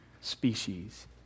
species